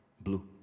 Blue